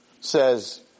says